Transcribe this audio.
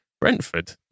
Brentford